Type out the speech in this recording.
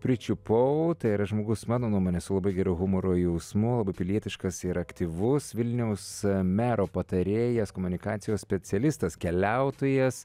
pričiupau tai yra žmogus mano nuomone su labai geru humoro jausmu labai pilietiškas ir aktyvus vilniaus mero patarėjas komunikacijos specialistas keliautojas